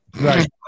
Right